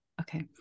Okay